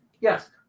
Yes